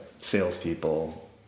salespeople